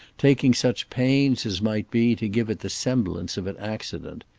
taking such pains as might be to give it the semblance of an accident.